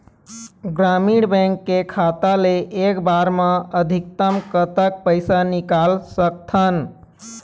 ग्रामीण बैंक के खाता ले एक बार मा अधिकतम कतक पैसा निकाल सकथन?